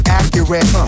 accurate